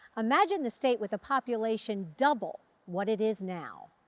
imagine the state with a population double what it is now.